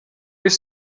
ist